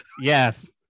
Yes